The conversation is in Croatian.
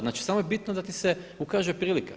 Znači, samo je bitno da ti se ukaže prilika.